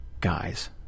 Guys